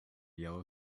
yellow